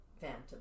Phantom